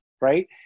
right